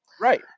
right